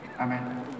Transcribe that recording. Amen